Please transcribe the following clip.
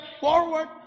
forward